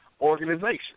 organization